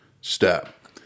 step